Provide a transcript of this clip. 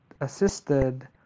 assisted